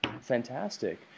Fantastic